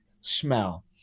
smell